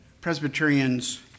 Presbyterians